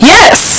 Yes